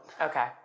Okay